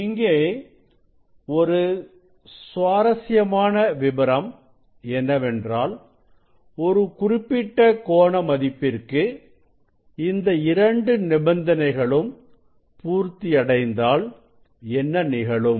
இங்கே ஒரு சுவாரசியமான விபரம் என்னவென்றால் ஒரு குறிப்பிட்ட கோண மதிப்பிற்கு இந்த இரண்டு நிபந்தனைகளும் பூர்த்தி அடைந்தால் என்ன நிகழும்